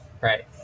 Right